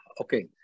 Okay